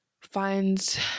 finds